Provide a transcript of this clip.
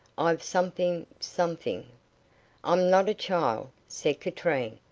i've something something i'm not a child, said katrine.